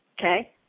okay